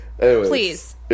Please